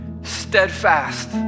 steadfast